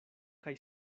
kaj